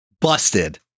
Busted